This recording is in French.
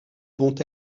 vont